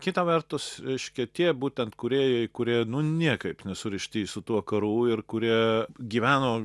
kita vertus reiškia tie būtent kūrėjai kurie niekaip nesurišti su tuo karų ir kurie gyveno